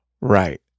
right